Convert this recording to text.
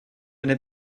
n’est